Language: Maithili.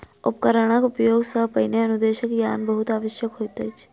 उपकरणक उपयोग सॅ पहिने अनुदेशक ज्ञान बहुत आवश्यक होइत अछि